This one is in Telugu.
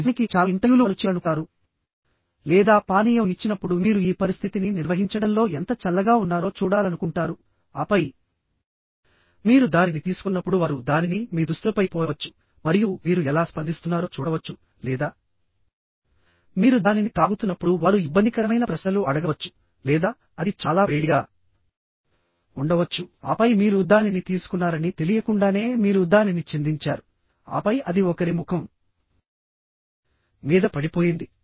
నిజానికి చాలా ఇంటర్వ్యూలు వారు చేయాలనుకుంటారు లేదా పానీయం ఇచ్చినప్పుడు మీరు ఈ పరిస్థితిని నిర్వహించడంలో ఎంత చల్లగా ఉన్నారో చూడాలనుకుంటారు ఆపై మీరు దానిని తీసుకున్నప్పుడు వారు దానిని మీ దుస్తులపై పోయవచ్చు మరియు మీరు ఎలా స్పందిస్తున్నారో చూడవచ్చు లేదా మీరు దానిని తాగుతున్నప్పుడు వారు ఇబ్బందికరమైన ప్రశ్నలు అడగవచ్చు లేదా అది చాలా వేడిగా ఉండవచ్చు ఆపై మీరు దానిని తీసుకున్నారని తెలియకుండానే మీరు దానిని చిందించారు ఆపై అది ఒకరి ముఖం మీద పడిపోయింది